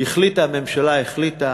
החליטה הממשלה, החליטה,